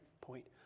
point